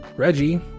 Reggie